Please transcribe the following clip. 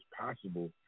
possible